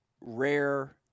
rare